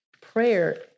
Prayer